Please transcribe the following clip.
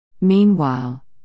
Meanwhile